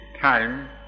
time